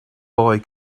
boy